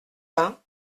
vingt